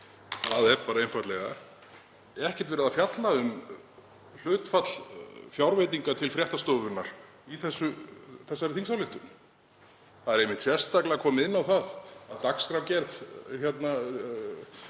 Það er einfaldlega ekkert verið að fjalla um hlutfall fjárveitinga til fréttastofunnar í þessari þingsályktunartillögu. Það er einmitt sérstaklega komið inn á það að dagskrárgerð lúti